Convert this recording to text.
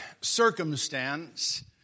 circumstance